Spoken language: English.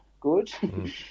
good